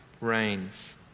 reigns